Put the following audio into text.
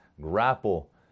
grapple